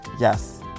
Yes